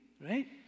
right